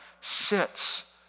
sits